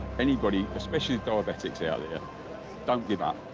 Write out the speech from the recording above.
anybody especially diabetics out there don't give up.